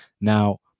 Now